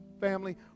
family